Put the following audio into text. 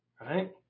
Right